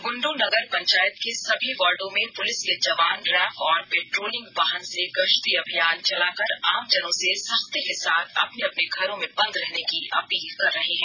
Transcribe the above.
बुंडू नगर पंचायत के सभी वार्डो में पुलिस के जवान रैफ और पेट्रोलिंग वाहन से गश्ती अभियान चलाकर आमजनों से सख्ती के साथ अपने अपने घरों में बंद रहने की अपील कर रहे हैं